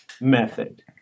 method